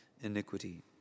iniquity